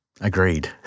agreed